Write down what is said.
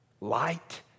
Light